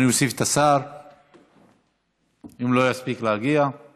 ההצעה להעביר את